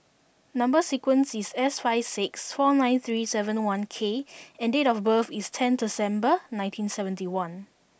number sequence is S five six four nine three seven one K and date of birth is ten December nineteen seventy one